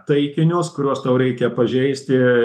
taikinius kuriuos tau reikia pažeisti